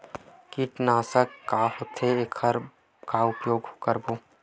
कीटनाशक का होथे एखर का उपयोग करबो?